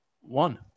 One